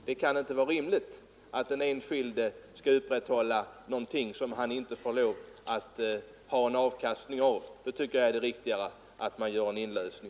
Det kan inte vara rimligt att den enskilde skall upprätthålla någonting som han inte får någon avkastning av. Under sådana förhållanden tycker jag det är riktigare att man gör en inlösen.